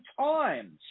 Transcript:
times